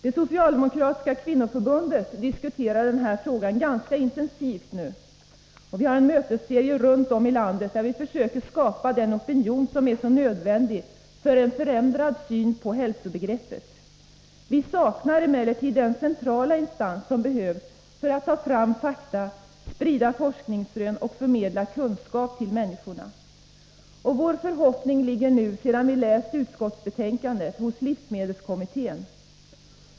Det socialdemokratiska kvinnoförbundet diskuterar den här frågan ganska intensivt nu. Vi har en mötesserie runt om i landet där vi försöker skapa den opinion som är så nödvändig för en förändrad syn på hälsobegreppet. Vi saknar emellertid den centrala instans som behövs för att ta fram fakta, sprida forskningsrön och förmedla kunskap till människorna. Vår förhoppning ligger nu, sedan vi läst utskottsbetänkandet, hos livsmedelskommittén.